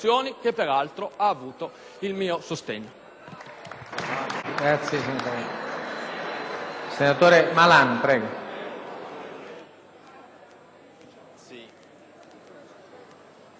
Grazie, signor Presidente,